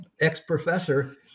ex-professor